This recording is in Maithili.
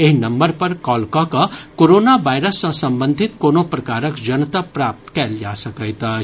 एहि नम्बर पर कॉल कऽकऽ कोरोना वायरस सॅ संबंधित कोनो प्रकारक जनतब प्राप्त कयल जा सकैत अछि